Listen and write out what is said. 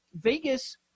Vegas